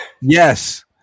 Yes